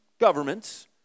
governments